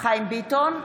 חיים ביטון,